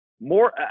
More